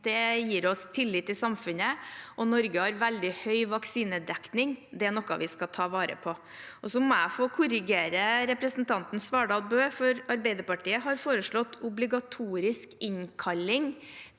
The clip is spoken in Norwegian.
Det gir oss tillit i samfunnet. Norge har veldig høy vaksinedekning. Det er noe vi skal ta vare på. Jeg må få korrigere representanten Svardal Bøe, for Arbeiderpartiet har foreslått obligatorisk innkalling